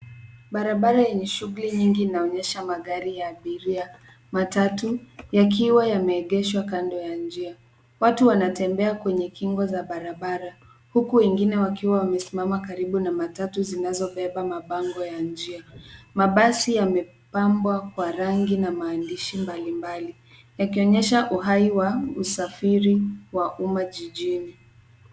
Barabara yenye shughuli nyingi inaonyesha magari ya abiria, matatu yakiwa yameegeshwa kando ya njia. Watu wanatembea kwenye kingo za barabara, huku wengine wakiwa wamesimama karibu na matatu zinazobeba mabango ya njia. Mabasi yamepambwa kwa rangi na maandishi mbali mbali, yakionyesha uhai wa usafiri wa umma jijini.